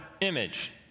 image